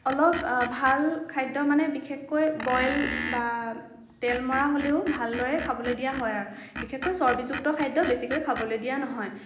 অলপ ভাল খাদ্য মানে বিশেষকৈ বইল বা তেল মৰা হ'লেও ভালদৰে খাবলৈ দিয়া হয় আৰু বিশেষকৈ চৰ্বীযুক্ত খাদ্য বেছিকৈ খাবলৈ দিয়া নহয়